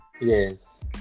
Yes